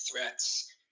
threats